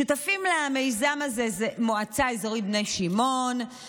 שותפים למיזם הזה המועצה האזורית בני שמעון,